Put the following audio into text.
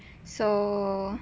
so